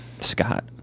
Scott